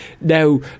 Now